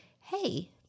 hey